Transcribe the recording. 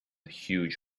huge